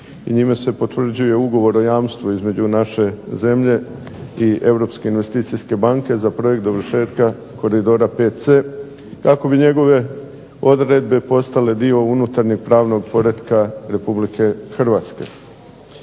Njime se potvrđuje Ugovor o jamstvu između naše zemlje i Europske investicijske banke za projekt dovršetka koridora VC kako bi njegove odredbe postale dio unutarnjeg pravnog poretka Republike Hrvatske.